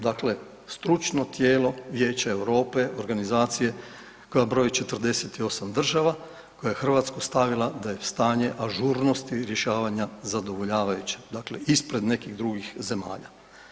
Dakle, stručno tijelo Vijeća Europe, organizacije koja broji 48 država, koja je Hrvatsku stavila da je stanje ažurnosti rješavanja zadovoljavajuće, dakle ispred nekih drugih zemalja.